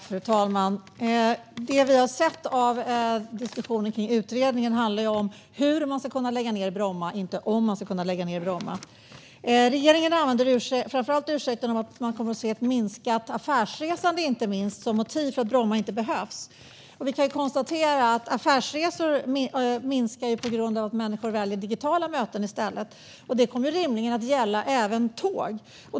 Fru talman! Det vi har hört av diskussionen kring utredningen handlar om hur man ska kunna lägga ned Bromma - inte om man ska kunna lägga ned Bromma. Regeringen använder framför allt ursäkten att man kommer att se ett minskat affärsresande som motiv för att Bromma inte behövs. Vi kan konstatera att affärsresor minskar på grund av att människor väljer digitala möten i stället. Detta kommer rimligen att gälla även tåg.